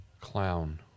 Clown